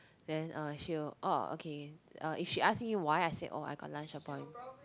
then uh she will oh okay uh if she ask me why I say I got lunch appointment